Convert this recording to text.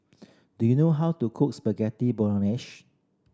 do you know how to cook Spaghetti Bolognesh